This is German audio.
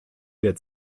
der